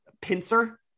pincer